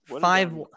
five